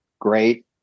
great